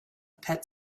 pet